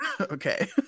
okay